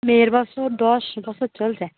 মেয়ের বছর দশ বছর চলছে